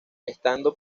estando